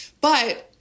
but-